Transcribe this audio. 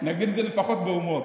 נגיד את זה לפחות בהומור.